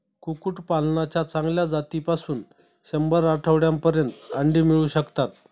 कुक्कुटपालनाच्या चांगल्या जातीपासून शंभर आठवड्यांपर्यंत अंडी मिळू शकतात